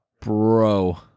Bro